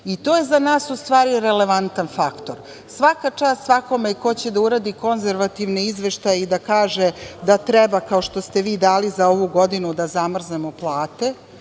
To je za nas, u stvari, relevantan faktor. Svaka čast svakome ko će da uradi konzervativne izveštaje i da kaže da treba, kao što ste vi dali za ovu godinu, da zamrznemo plate